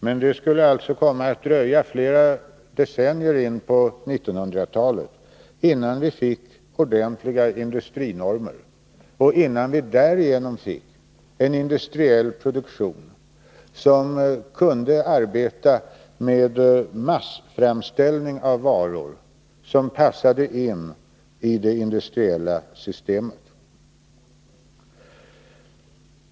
Men det skulle alltså komma att dröja flera decennier in på 1900-talet, innan vi fick ordentliga industrinormer och innan vi därigenom fick en industriell produktion, som kunde arbeta med massframställning av varor, som passade in i det industriella systemet.